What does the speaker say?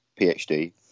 PhD